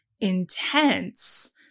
intense